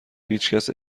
هیچکس